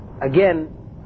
again